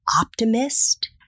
optimist